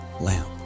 lamp